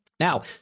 Now